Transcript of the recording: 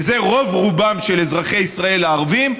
וזה רוב-רובם של אזרחי ישראל הערבים,